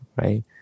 right